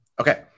Okay